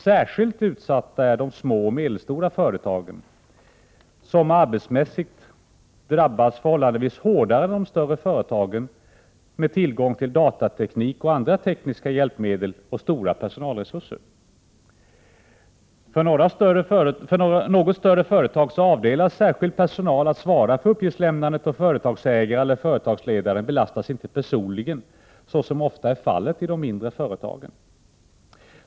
Särskilt utsatta är de små och medelstora företagen, vilka arbetsmässigt drabbas förhållandevis hårdare än större företag som har tillgång till datateknik och andra tekniska hjälpmedel och stora personalresurser. För något större företag avdelas särskild personal att svara för uppgiftslämnandet och företagsägaren eller företagsledaren belastas inte personligen, såsom ofta är fallet i de mindre företagen.